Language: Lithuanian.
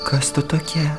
kas tu tokia